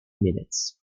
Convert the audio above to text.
minutes